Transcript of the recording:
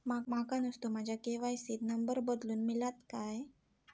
माका नुस्तो माझ्या के.वाय.सी त नंबर बदलून मिलात काय?